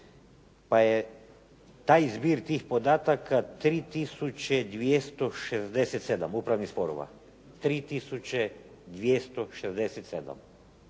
pa je taj zbir tih podataka 3 tisuće 267 upravnih sporova, 3